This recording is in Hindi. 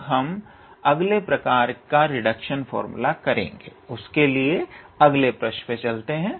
अब हम अगले प्रकार का रिडक्शन फार्मूला करेंगे उसके लिए अगले पृष्ठ पर चलते हैं